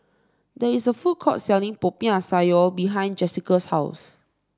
there is a food court selling Popiah Sayur behind Jesica's house